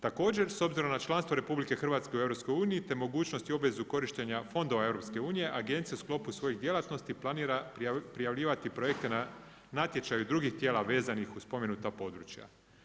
Također s obzirom na članstvo RH u EU te mogućnosti i obvezu korištenja fondova EU agencija u sklopu svojih djelatnosti planira prijavljivati projekte na natječaju drugih tijela vezanih uz spomenuta područja.